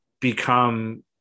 become